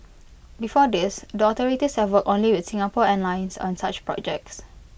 before this the authorities have worked only with Singapore airlines on such projects